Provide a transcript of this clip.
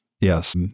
yes